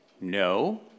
No